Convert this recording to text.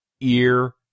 ear